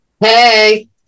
Hey